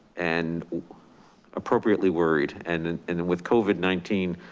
and appropriately worried, and and and with covid nineteen